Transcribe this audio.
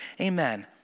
amen